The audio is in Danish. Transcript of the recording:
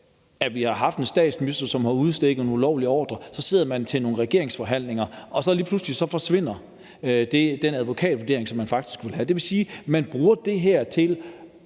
at vi har haft en statsminister, som har udstukket en ulovlig ordre, og så sidder man ved nogle regeringsforhandlinger, og lige pludselig forsvinder den advokatvurdering, som man faktisk ville have. Det vil sige, at politikernes ansvar